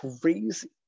crazy